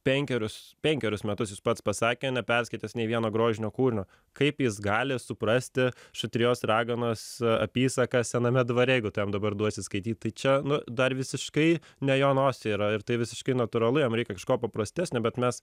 penkerius penkerius metus jis pats pasakė neperskaitęs nei vieno grožinio kūrinio kaip jis gali suprasti šatrijos raganos apysaką sename dvare jeigu tu jam dabar duosi skaityt tai čia nu dar visiškai ne jo nosiai yra ir tai visiškai natūralu jam reikia kažko paprastesnio bet mes